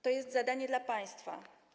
To jest zadanie dla państwa.